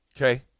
Okay